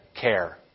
care